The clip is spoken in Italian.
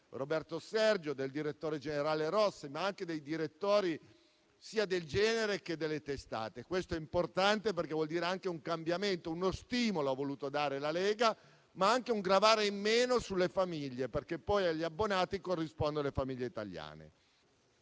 Roberto Sergio, del direttore generale Rossi, ma anche dei direttori dei generi e delle testate. Questo è importante, perché vuol dire un cambiamento, uno stimolo che la Lega ha voluto dare, ma anche un gravare meno sulle famiglie, perché poi agli abbonati corrispondono le famiglie italiane.